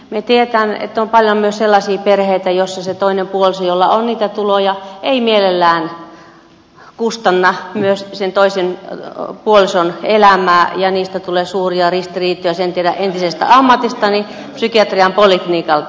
me tiedämme että on paljon myös sellaisia perheitä joissa se toinen puoliso jolla on niitä tuloja ei mielellään kustanna myös sen toisen puolison elämää ja niistä tulee suuria ristiriitoja sen tiedän entisestä ammatistani psykiatrian poliklinikalta